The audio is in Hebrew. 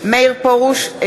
מאיר פרוש,